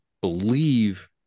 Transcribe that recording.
believe